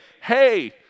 hey